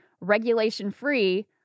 regulation-free